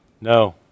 no